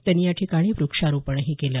त्यांनी या ठिकाणी व्रक्षारोपणही केलं